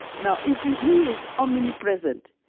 now, if he is omnipresent,